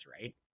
right